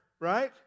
right